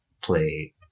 play